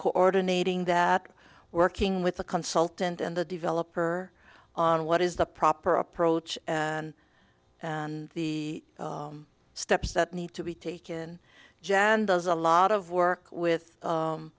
coordinating that working with the consultant and the developer on what is the proper approach and the steps that need to be taken jan does a lot of work with